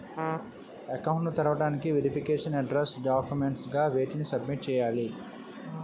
Account ను తెరవటానికి verification address documents గా వేటిని సబ్మిట్ చేయాలి?